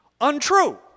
untrue